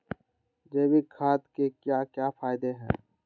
जैविक खाद के क्या क्या फायदे हैं?